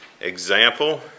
example